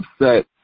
upset